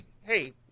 hey